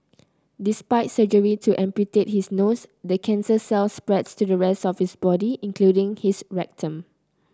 despite surgery to amputate his nose the cancer cells spread to the rest of his body including his rectum